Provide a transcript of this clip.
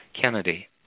Kennedy